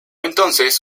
entonces